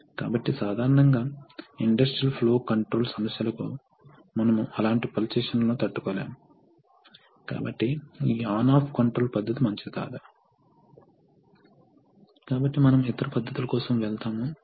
కాబట్టి reciprocating piston రకంలో మీకు పిస్టన్ ఉంది మీకు సిలిండర్ ఉంది మరియు మీకు కొన్ని వాల్వ్స్ ఉన్నాయి మరియు రెండు స్ట్రోకులు ఉన్నాయి కాబట్టి ఒక స్ట్రోక్ను సక్షన్ అని పిలుస్తారు మరియు మరొక స్ట్రోక్ను కంప్రెషన్ అంటారు సక్షన్ స్ట్రోక్లో మీరు సాధారణంగా వాతావరణంలో ఉండే అల్ప ప్రెషర్ వైపు నుండి గాలిని తీసుకుంటున్నారు